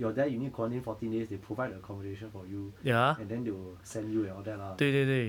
your there you need to quarantine fourteen days they provide accomodations for you and then they will send you all that lah